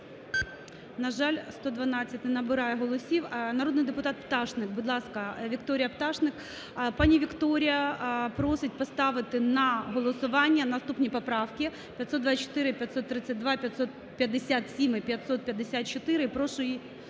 На жаль, 112, не набирає голосів. Народний депутат Пташник. Будь ласка, Вікторія Пташник. Пані Вікторія просить поставити на голосування наступні поправки 524 і 532, 557 і 554, прошу,